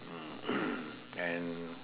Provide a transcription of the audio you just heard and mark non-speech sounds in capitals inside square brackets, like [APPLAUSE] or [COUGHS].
mm [COUGHS] and